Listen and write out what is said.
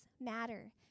matter